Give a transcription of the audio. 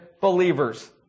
believers